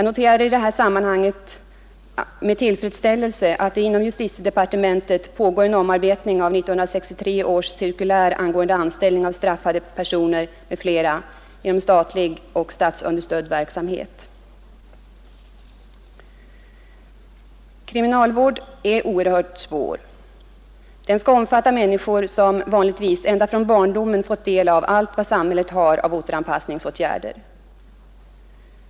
I detta sammanhang noterar jag med tillfredsställelse att det inom justitiedepartementet pågår en omarbetning av 1963 års cirkulär angående anställning av straffade personer m.fl. inom statlig och statsunderstödd verksamhet. Att bedriva kriminalvård är en oerhört svår uppgift. Den skall omfatta människor som vanligtvis ända från barndomen fått del av allt vad samhället har av återanspassningsåtgärder.